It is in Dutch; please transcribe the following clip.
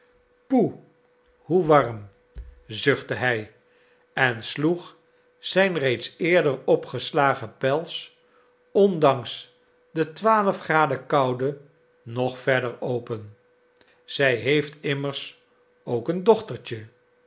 poeh hoe warm zuchtte hij en sloeg zijn reeds eerder opgeslagen pels ondanks de twaalf graden koude nog verder open zij heeft immers ook een dochtertje